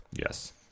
Yes